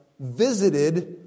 visited